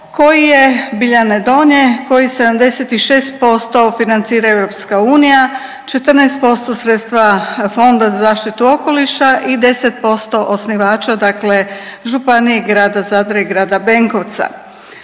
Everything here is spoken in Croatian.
koji je Biljane Donje, koji 76% financira EU, 14% sredstva Fonda za zaštitu okoliša i 10% osnivača, dakle županije, grada Zadra i grada Benkovca.